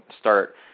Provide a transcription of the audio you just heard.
start